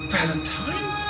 Valentine